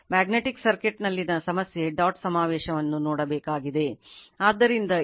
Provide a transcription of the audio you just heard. magnetic ಸರ್ಕ್ಯೂಟ್ನಲ್ಲಿನ ಸಮಸ್ಯೆ dot ಸಮಾವೇಶವನ್ನು ನೋಡಬೇಕಾಗಿದೆ